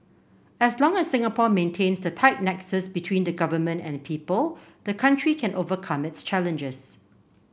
as long as Singapore maintains the tight nexus between the government and people the country can overcome its challenges